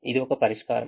ఇది ఒక పరిష్కారం